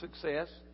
success